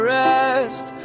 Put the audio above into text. rest